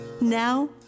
now